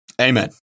Amen